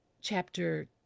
chapter